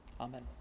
Amen